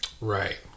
Right